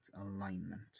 alignment